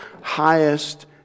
highest